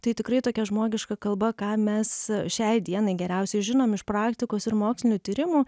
tai tikrai tokia žmogiška kalba ką mes šiai dienai geriausiai žinom iš praktikos ir mokslinių tyrimų